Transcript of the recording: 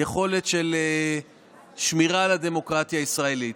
של שמירה על הדמוקרטיה הישראלית.